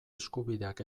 eskubideak